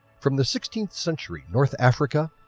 from the sixteenth century north africa,